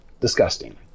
disgusting